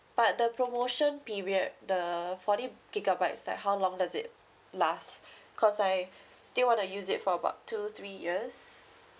but the promotion period the forty gigabytes like how long does it last cause I still want to use it for about two three years